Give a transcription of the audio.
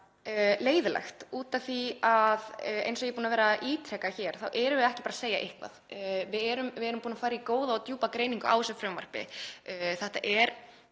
leiðinlegt út af því að eins og ég er búin að vera að ítreka hér þá erum við ekki bara að segja eitthvað. Við erum búin að fara í góða og djúpa greiningu á þessu frumvarpi. Þetta er